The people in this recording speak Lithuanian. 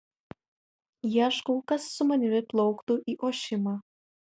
ieškau kas su manimi plauktų į ošimą